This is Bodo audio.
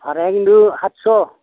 भाराया खिन्थु हादस'